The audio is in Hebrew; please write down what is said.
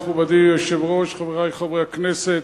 מכובדי היושב-ראש, חברי חברי הכנסת,